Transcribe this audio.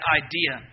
idea